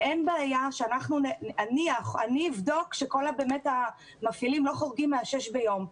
אפללו שאין בעיה שאני אבדוק שכל המפעילים לא חורגים משש הקבוצות ביום.